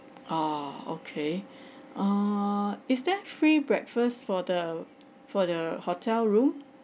ah okay err is there free breakfast for the for the hotel room